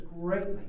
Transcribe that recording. greatly